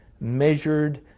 measured